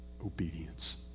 obedience